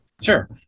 Sure